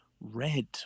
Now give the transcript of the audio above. red